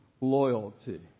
loyalty